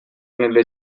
nelle